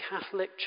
Catholic